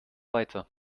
weiter